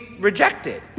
rejected